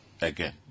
again